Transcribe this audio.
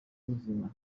w’ubuzima